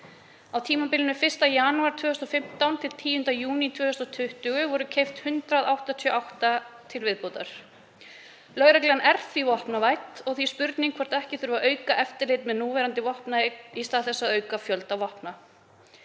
Á tímabilinu 1. janúar 2015 til 10. júní 2020 voru keypt 188 vopn til viðbótar. Lögreglan er því vopnavædd og því spurning hvort ekki þurfi að auka eftirlit með núverandi vopnaeign í stað þess að auka fjölda vopna.